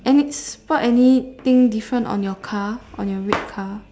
any spot anything different on your car on your red car